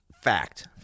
Fact